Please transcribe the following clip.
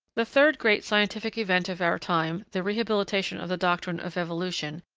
the third great scientific event of our time, the rehabilitation of the doctrine of evolution,